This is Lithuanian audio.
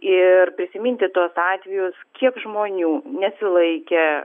ir prisiminti tuos atvejus kiek žmonių nesilaikė